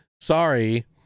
Sorry